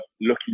looking